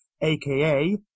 aka